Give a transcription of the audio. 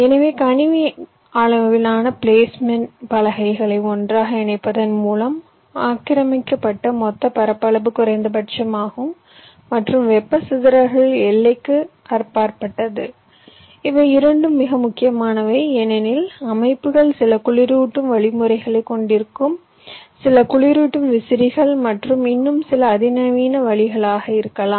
எனவே கணினி அளவிலான பிளேஸ்மென்ட் பலகைகளை ஒன்றாக இணைப்பதன் மூலம் ஆக்கிரமிக்கப்பட்ட மொத்த பரப்பளவு குறைந்தபட்சம் ஆகும் மற்றும் வெப்பச் சிதறல் எல்லைக்கு அப்பாற்பட்டது இவை இரண்டும் மிக முக்கியமானவை ஏனெனில் அமைப்புகள் சில குளிரூட்டும் வழிமுறைகளைக் கொண்டிருக்கும் சில குளிரூட்டும் விசிறிகள் மற்றும் இன்னும் சில அதிநவீன வழிகளாக இருக்கலாம்